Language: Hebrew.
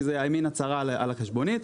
כי זו מן הצהרה של החשבונית,